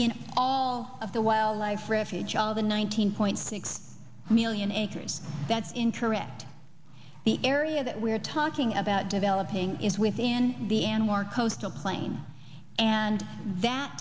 in all of the wildlife refuge all the nineteen point six million acres that's incorrect the area that we're talking about developing is within the anwar coastal plain and that